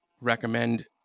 recommend